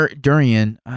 durian